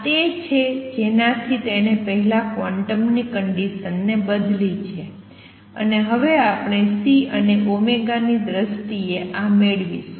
આ તે છે જેનાથી તેણે પહેલા ક્વોન્ટમની કંડિસન ને બદલી છે અને હવે આપણે C અને ની દ્રષ્ટિએ આ મેળવીશું